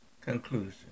conclusion